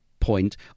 point